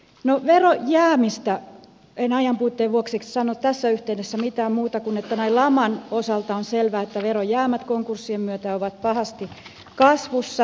no verojäämistä en ajanpuutteen vuoksi sano tässä yhteydessä mitään muuta kuin että näin laman osalta on selvää että verojäämät konkurssien myötä ovat pahasti kasvussa